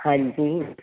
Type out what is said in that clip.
ਹਾਂਜੀ